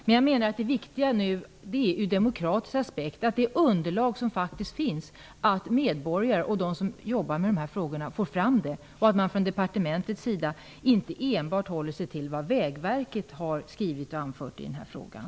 Men jag menar att det viktiga nu är den demokratiska aspekten, att medborgare och de som jobbar med de här frågorna får ta del av det underlag som faktiskt finns och att man från departementet inte enbart håller sig till vad Vägverket har anfört i den här frågan.